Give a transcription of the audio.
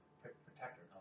protector